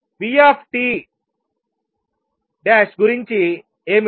v' గురించి ఏమిటి